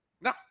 No